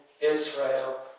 Israel